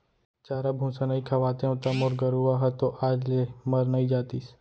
चारा भूसा नइ खवातेंव त मोर गरूवा ह तो आज ले मर नइ जातिस